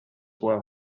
well